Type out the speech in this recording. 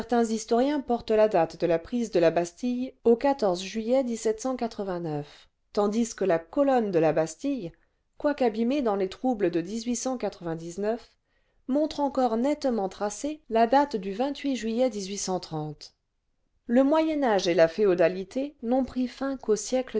historiens portent la date de la prise de la bastille au juillet tandis que la colonne de la bastille quoique abîmée dans les troubles de montre encore nettement tracée la date du juillet le moyen âge et la féodalité n'ont pris fin qu'au siècle